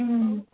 ம்